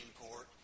Court